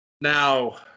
Now